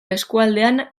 eskualdean